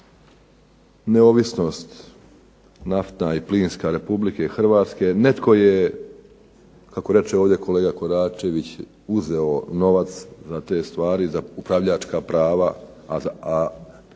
neovisnost naftna i plinska Republike Hrvatske, netko je kako reče ovdje kolega Koračević uzeo novac za te stvari, za upravljačka prava, a